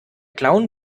clown